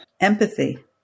Empathy